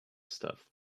stuff